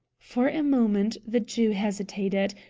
for a moment the jew hesitated,